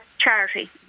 charity